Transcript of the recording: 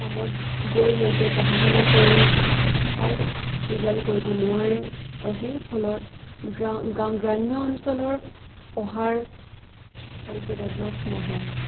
কামত গৈ সিহঁতে পঢ়া শুনা কৰি ভাল ৰিজাল্ট কৰিব নোৱাৰে আৰু সেই ফলত গ্ৰাম্য অঞ্চলৰ পঢ়াৰ ভালকে ডেভলপ নহয়